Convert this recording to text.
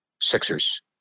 Sixers